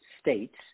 states